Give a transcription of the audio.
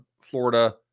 Florida